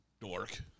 dork